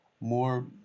more